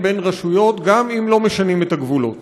בין רשויות גם אם לא משנים את הגבולות,